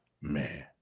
Man